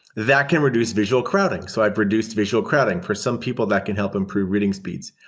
that can reduce visual crowding. so i have reduced visual crowding for some people that can help improve reading speeds.